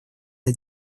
для